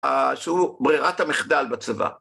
שהוא ברירת המחדל בצבא.